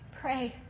pray